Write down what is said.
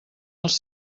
els